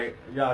ah